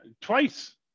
twice